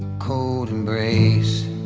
cold embrace